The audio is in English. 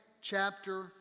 chapter